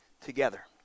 together